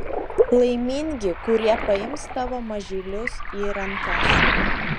laimingi kurie paims tavo mažylius į rankas